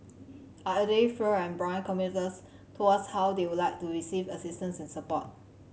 our elderly frail and blind commuters told us how they would like to receive assistance and support